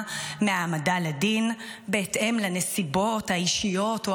מהעמדה לדין בהתאם לנסיבות האישיות או